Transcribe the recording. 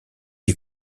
les